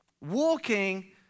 walking